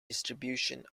distribution